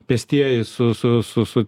pėstieji su